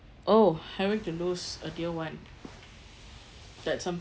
oh having to lose a dear one that's something